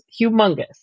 humongous